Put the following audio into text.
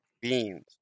beans